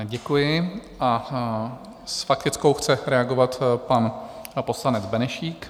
Děkuji a s faktickou chce reagovat pan poslanec Benešík.